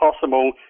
possible